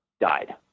died